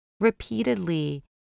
Repeatedly